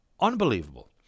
Unbelievable